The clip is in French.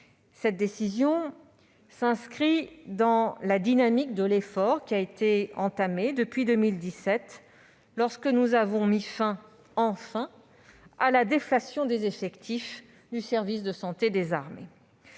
Cette décision s'inscrit dans la dynamique de l'effort entamé depuis 2017, lorsque nous avons mis fin- enfin ! -à la déflation des effectifs du service de santé des armées.